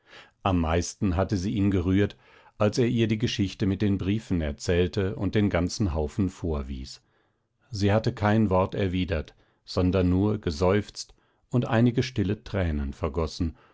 am meisten hatte sie ihn gerührt als er ihr die geschichte mit den briefen erzählte und den ganzen haufen vorwies sie hatte kein wort erwidert sondern nur geseufzt und einige stille tränen vergossen